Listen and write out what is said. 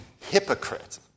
hypocrite